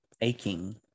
aching